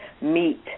meet